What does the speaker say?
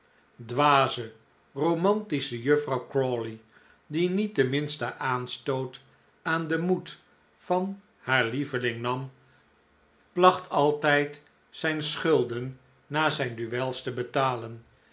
dwaze romantische juffrouw crawley die niet den minsten aanstoot aan den moed van haar lieveling nam placht altijd zijn schulden na zijn duels te betalen